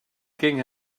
king